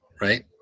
right